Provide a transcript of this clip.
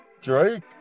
Drake